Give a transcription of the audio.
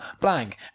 blank